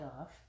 off